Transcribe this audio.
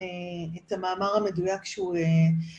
‫את המאמר המדויק שהוא...